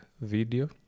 video